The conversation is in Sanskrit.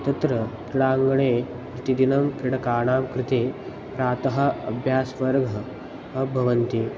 तत्र क्रीडाङ्गणे प्रतिदिनं क्रीडकाणां कृते प्रातः अभ्यासवर्गः भवति